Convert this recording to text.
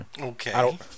Okay